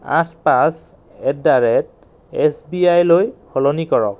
আঠ পাঁচ at the rate S B I লৈ সলনি কৰক